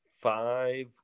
five